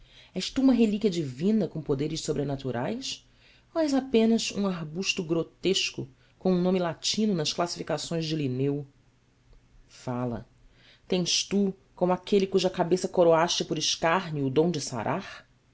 tu uma relíquia divina com poderes sobrenaturais ou és apenas um arbusto grutesco com um nome latino nas classificações de lineu fala tens tu como aquele cuja cabeça coroaste por escárnio o dom de sarar